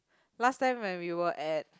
last time when we were at